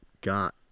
got